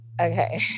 Okay